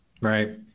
Right